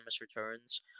Returns